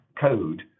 code